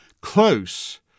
close